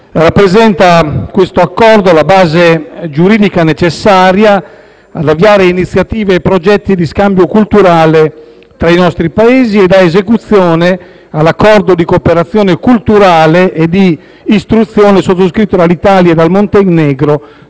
rappresenta la base giuridica necessaria ad avviare iniziative e progetti di scambio culturale tra i nostri Paesi e dà esecuzione all'Accordo di cooperazione culturale e di istruzione sottoscritto dall'Italia e dal Montenegro